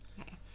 Okay